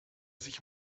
sich